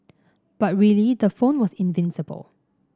but really the phone was invincible